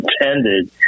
intended